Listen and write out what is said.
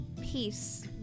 peace